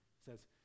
says